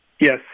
Yes